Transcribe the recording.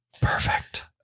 Perfect